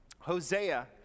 Hosea